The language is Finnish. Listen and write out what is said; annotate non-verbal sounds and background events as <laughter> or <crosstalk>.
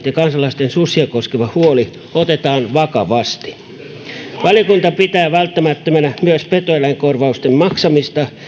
<unintelligible> ja kansalaisten susia koskeva huoli otetaan vakavasti valiokunta pitää välttämättömänä myös petoeläinkorvausten maksamista